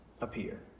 appear